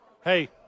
Hey